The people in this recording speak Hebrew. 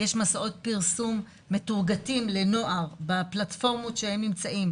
יש מסעות פרסום מטורגטים לנוער בפלטפורמות שהם נמצאים,